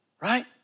right